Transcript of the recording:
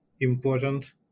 important